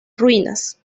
ruinas